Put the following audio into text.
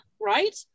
Right